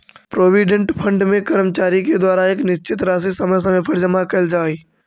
provident fund में कर्मचारि के द्वारा एक निश्चित राशि समय समय पर जमा कैल जा हई